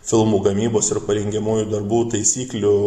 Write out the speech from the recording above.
filmų gamybos ir parengiamųjų darbų taisyklių